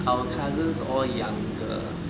our cousins all younger